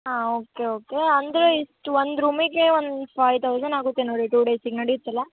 ಹಾಂ okay okay ಅಂದರೆ ಇಷ್ಟು ಒಂದು ರೂಮಿಗೆ ಒಂದು ಫೈವ್ ಥೌಸಂಡ್ ಆಗುತ್ತೆ ನೋಡಿ ಟು ಡೇಸಿಗೆ ನಡಿಯುತ್ತಲ್ಲ